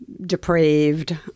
depraved